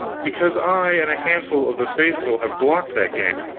because i and a handful of the faithful have blocked that game.